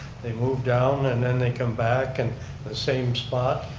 they move down and then they come back and the same spot.